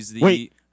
Wait